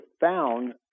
found